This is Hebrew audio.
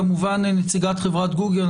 ונציגת חברת גוגל,